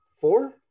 four